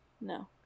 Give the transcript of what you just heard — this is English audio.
No